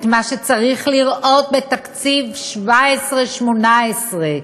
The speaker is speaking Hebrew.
את מה שצריך לראות בתקציב 2017 2018: